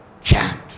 chant